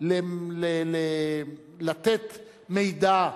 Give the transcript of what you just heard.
לתת מידע,